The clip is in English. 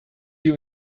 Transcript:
you